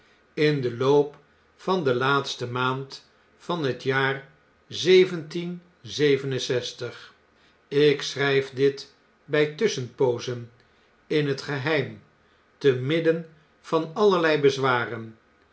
in den loop van de laatste maand van het jaar ik schrn'f dit bij tusschenpoozen in het geheim te midden van allerlei bezwaren